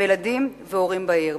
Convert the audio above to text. לילדים והורים בעיר.